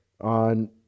on